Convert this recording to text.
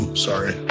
sorry